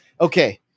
okay